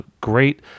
great